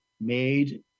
made